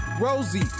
Rosie